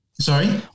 Sorry